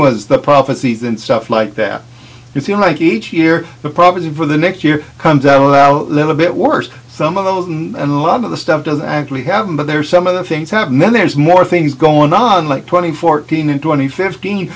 was the prophecies and stuff like that you feel like each year the prophecy for the next year comes out of our little bit worse some of those and a lot of the stuff doesn't actually have them but there are some of the things out and then there's more things going on like twenty fourteen and twenty fifteen